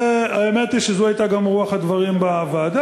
האמת היא שזו הייתה גם רוח הדברים בוועדה,